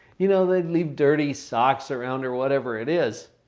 you know, they'd leave dirty socks around or whatever it is.